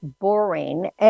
boring